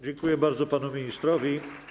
Dziękuję bardzo panu ministrowi.